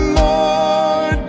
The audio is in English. more